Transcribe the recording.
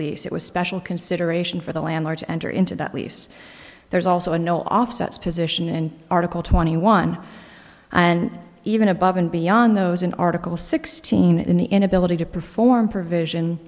lease it was special consideration for the landlord to enter into that lease there is also a no offsets position in article twenty one and even above and beyond those in article sixteen in the inability to perform provision